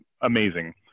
amazing